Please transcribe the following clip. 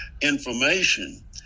information